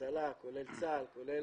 אז אתה מכיר את הנושא על בוריו, וקרוב מאוד.